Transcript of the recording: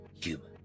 human